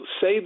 say